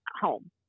home